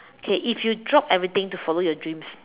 okay if you drop everything to follow your dreams